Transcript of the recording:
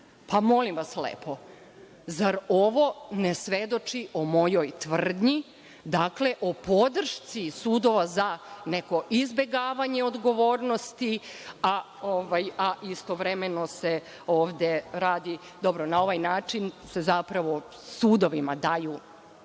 Molim vas lepo, zar ovo ne svedoči o mojoj tvrdnji, dakle o podršci sudova za neko izbegavanje odgovornosti, a istovremeno se ovde radi, dobro, na ovaj način se zapravo sudovima daju